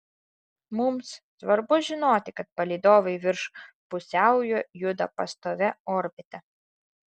mums svarbu žinoti kad palydovai virš pusiaujo juda pastovia orbita